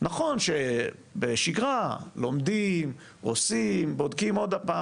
נכון שבשגרה לומדים, עושים, בודקים עוד הפעם.